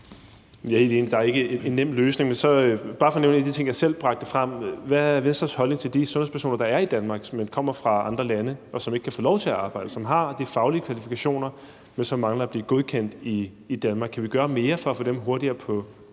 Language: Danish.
Hvad er så Venstres holdning til de sundhedspersoner, der er i Danmark, som kommer fra andre lande, og som ikke kan få lov til at arbejde; som har de faglige kvalifikationer, men som mangler at blive godkendt i Danmark? Kan vi gøre mere for at få dem hurtigere ud